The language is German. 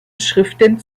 schriften